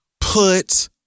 put